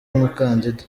umukandida